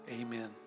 Amen